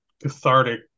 cathartic